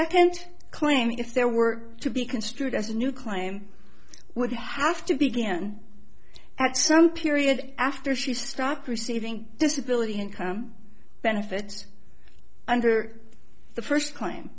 second claim if there were to be construed as a new claim would have to be given at some period after she stopped receiving disability income benefits under the first